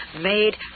made